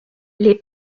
les